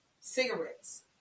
Cigarettes